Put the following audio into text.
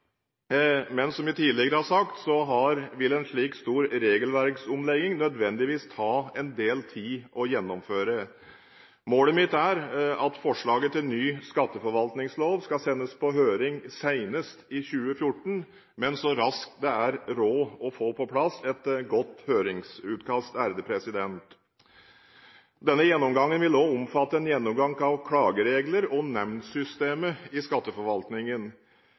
men som jeg tidligere har sagt, vil en slik stor regelverksomlegging nødvendigvis ta en del tid å gjennomføre. Målet mitt er at forslaget til ny skatteforvaltningslov skal sendes på høring senest i 2014, men så raskt det er råd å få på plass et godt høringsutkast. Denne gjennomgangen vil også omfatte en gjennomgang av klageregler og nemndsystemet i skatteforvaltningen.